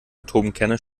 atomkerne